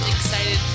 excited